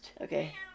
Okay